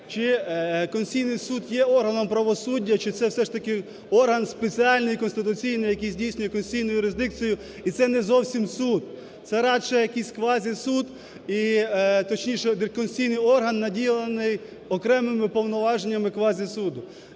чи Конституційний Суд є органом правосуддя, чи це все ж таки орган спеціальний конституційний, який здійснює конституційну юрисдикцію, і це не зовсім суд. Це радше якийсь квазісуд і, точніше, конституційний орган, наділений окремими повноваженнями квазісуду.